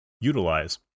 utilize